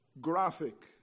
Graphic